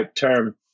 term